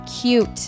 cute